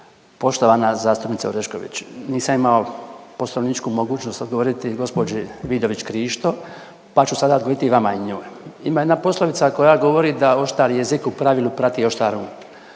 Poštovana zastupnice Orešković. Nisam imao poslovničku mogućnost odgovoriti gospođi Vidović Krišto, pa ću sada odgovoriti i vam i njoj. Ima jedna poslovica koja govori da oštar jezik u pravilu prati oštar